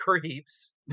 creeps